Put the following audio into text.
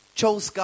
chose